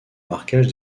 marquage